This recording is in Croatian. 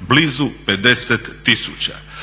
blizu 50